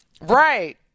Right